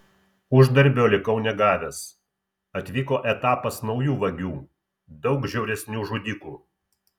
uždarbio likau negavęs atvyko etapas naujų vagių daug žiauresnių žudikų